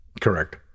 correct